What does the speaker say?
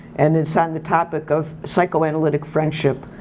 and it's on the topic of psychoanalytic friendship,